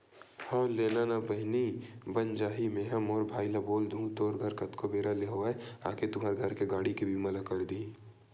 हव लेना ना बहिनी बन जाही मेंहा मोर भाई ल बोल दुहूँ तोर घर कतको बेरा ले होवय आके तुंहर घर के गाड़ी के बीमा ल कर दिही